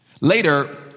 Later